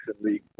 league